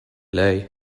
lei